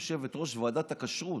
יושבת-ראש ועדת הכשרות.